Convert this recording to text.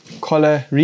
collar